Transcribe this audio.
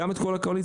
גם את כל הקואליציה,